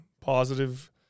positive